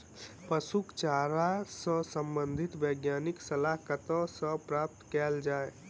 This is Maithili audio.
पशु चारा सऽ संबंधित वैज्ञानिक सलाह कतह सऽ प्राप्त कैल जाय?